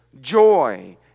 joy